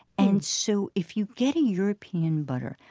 and so if you get a european butter,